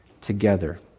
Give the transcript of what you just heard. together